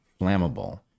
flammable